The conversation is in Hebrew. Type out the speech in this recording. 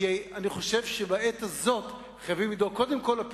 כי אני חושב שבעת הזאת חייבים קודם כול לדאוג